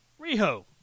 Riho